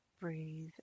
Breathe